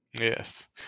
Yes